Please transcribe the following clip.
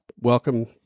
Welcome